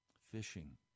Fishing